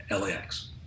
LAX